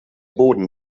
boden